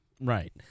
Right